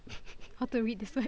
how to read this word